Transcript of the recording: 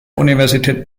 universität